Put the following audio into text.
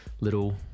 little